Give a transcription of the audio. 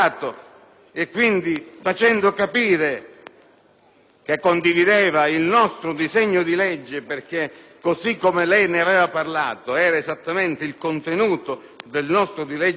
che condivideva il nostro disegno di legge perché, così come lei ne aveva parlato, era esattamente il contenuto del nostro disegno di legge, l'Atto